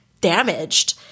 damaged